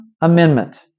amendment